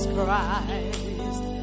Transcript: Christ